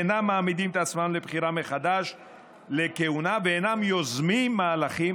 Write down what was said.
אינם מעמידים את עצמם לבחירה מחדש לכהונה ואינם יוזמים מהלכים.